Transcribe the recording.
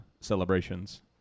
celebrations